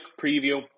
preview